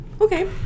Okay